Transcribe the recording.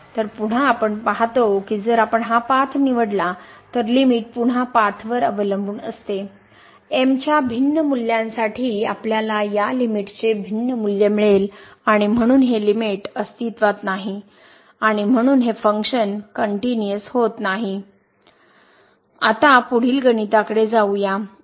तर पुन्हा आपण पाहतो की जर आपण हा पाथ निवडला तर लिमिट पुन्हा पाथवर अवलंबून असते m च्या भिन्न मूल्यांसाठी आपल्याला या लिमिट चे भिन्न मूल्य मिळेल आणि म्हणून हे लिमिट अस्तित्त्वात नाही आणि म्हणून हे फंक्शन कनट्युनिअस होत नाही आता पुढील गणिताकडे जाऊ या